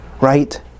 right